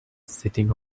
sitting